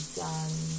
done